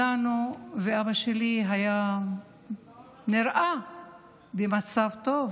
הגענו, ואבא שלי היה נראה במצב טוב,